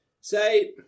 say